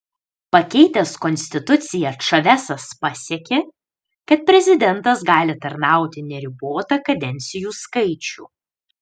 pakeitęs konstituciją čavesas pasiekė kad prezidentas gali tarnauti neribotą kadencijų skaičių